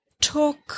Talk